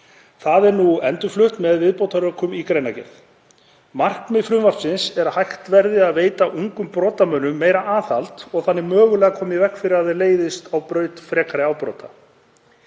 Það er nú endurflutt með viðbótarrökum í greinargerð. Markmið frumvarpsins er að hægt verði að veita ungum brotamönnum meira aðhald og þannig mögulega koma í veg fyrir að þeir leiðist á braut frekari afbrota.